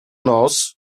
nos